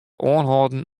oanholden